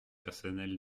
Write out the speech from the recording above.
personnelle